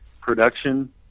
production